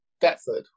Deptford